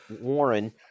Warren